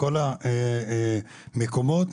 מכל המקומות,